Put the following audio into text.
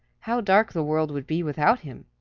how dark the world would be without him!